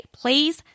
Please